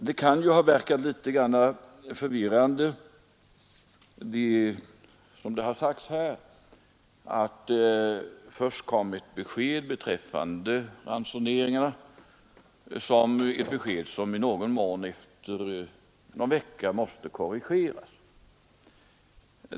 Det kan ju ha verkat litet förvirrande, som det har sagts här, att det kom ett besked beträffande ransoneringarna som efter någon vecka måste i någon mån korrigeras.